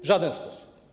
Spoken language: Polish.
W żaden sposób.